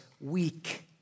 weak